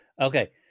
Okay